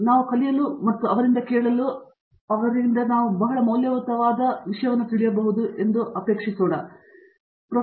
ನಾವು ಕಲಿಯಲು ಮತ್ತು ಕೇಳಲು ಅವರಿಗೆ ಬಹಳ ಮೌಲ್ಯಯುತವಾದ ಅನುಭವವಿದೆ ಎಂದು ನೀವು ನೋಡಬಹುದು